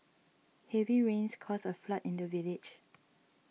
heavy rains caused a flood in the village